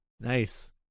nice